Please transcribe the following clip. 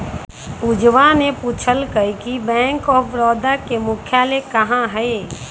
पूजवा ने पूछल कई कि बैंक ऑफ बड़ौदा के मुख्यालय कहाँ हई?